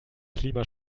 klima